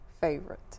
favorite